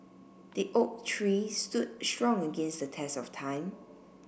the oak tree stood strong against the test of time